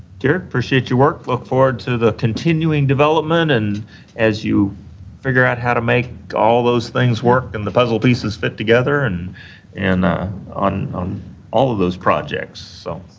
jarrod, i appreciate your work. look forward to the continuing development and as you figure out how to make all those things work and the puzzle pieces fit together and and on on all of those projects, so.